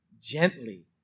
gently